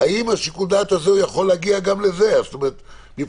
מה שמטפל עכשיו בכניסת זרים לישראל זאת ועדה